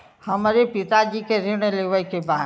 हमरे पिता जी के ऋण लेवे के बा?